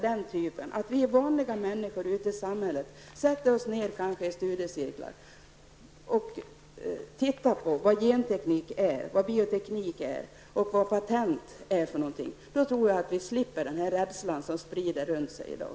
Det krävs att vi vanliga människor ute i samhället sätter oss ner i studiecirklar och tittar på vad genteknik och bioteknik är och vad patent är. Då tror jag att vi slipper den rädsla som breder ut sig i dag.